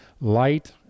light